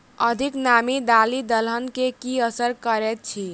अधिक नामी दालि दलहन मे की असर करैत अछि?